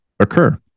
Occur